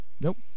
Nope